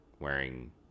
wearing